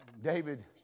David